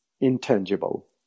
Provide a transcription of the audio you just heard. intangible